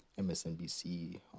MSNBC